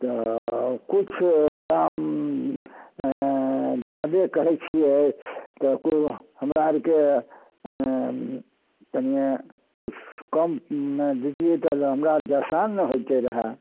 तऽ किछु दाम ज्यादे कहै छियै तऽ हमरा आओरके कनिए किछु कममे दैतियै तऽ हमरा आओरके आसान ने होइतै रहए